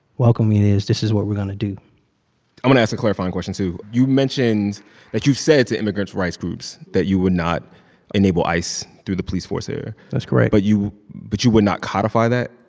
welcoming is, this is what we're going to do i want to ask a clarifying question, too. you mentioned that you've said to immigrants' rights groups that you would not enable ice through the police force there that's correct but you but you would not codify that?